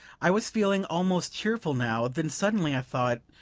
i was feeling almost cheerful now then suddenly i thought